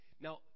Now